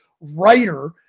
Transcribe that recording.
writer